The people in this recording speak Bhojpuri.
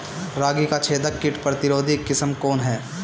रागी क छेदक किट प्रतिरोधी किस्म कौन ह?